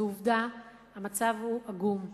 עובדה, המצב הוא עגום.